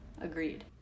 agreed